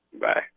Bye